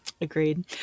Agreed